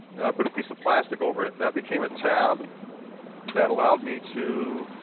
and i put a piece of plastic over it. that became a tab that allowed me to